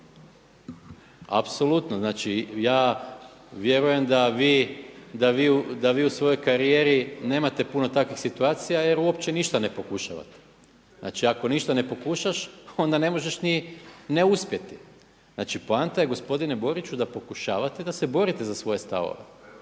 Apsolutno ja vjerujem da vi u svojoj karijeri nemate puno takvih situacija jer uopće ništa ne pokušavate. Znači ako ništa ne pokušaš onda ne možeš ni ne uspjeti. Znači poanta je gospodine Boriću da pokušavate da se borite za svoje stavove.